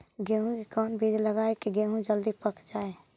गेंहू के कोन बिज लगाई कि गेहूं जल्दी पक जाए?